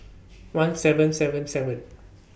one seven seven seven